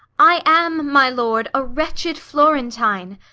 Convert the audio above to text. i am, my lord, a wretched florentine,